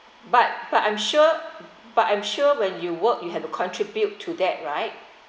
but but I'm sure but I'm sure when you work you have to contribute to that right